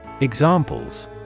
Examples